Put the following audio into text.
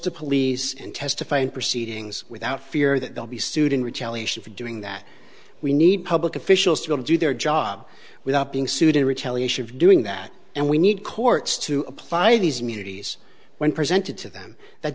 to police and testify in proceedings without fear that they'll be sued in retaliation for doing that we need public officials to to do their job without being sued in retaliation for doing that and we need courts to apply these muties when presented to them that